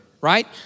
right